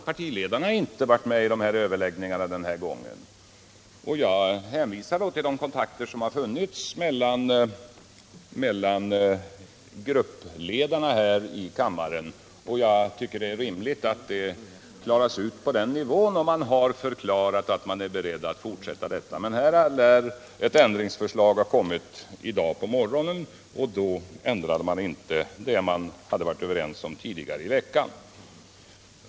Partiledarna har inte varit med i överläggningarna den här gången, och jag hänvisar till de kontakter som har förekommit mellan gruppledarna här i kammaren. Jag tycker det är rimligt att detta klaras ut på den nivån, och man har förklarat att man är beredd att fortsätta överläggningarna. Ett socialdemokratiskt ändringsförslag lär ha kommit i dag på morgonen, men då ändrade man inte det man kommit överens om tidigare i veckan.